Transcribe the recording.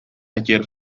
ayer